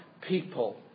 people